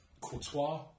Courtois